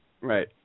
Right